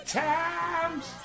times